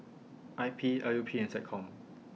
I P L U P and Seccom